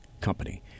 company